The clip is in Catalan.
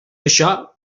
això